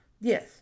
Yes